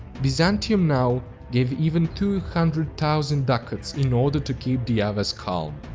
byzantium now gave even two hundred thousand ducats in order to keep the avars calm.